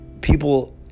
People